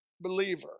believer